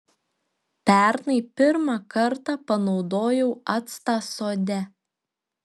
pernai pirmą kartą panaudojau actą sode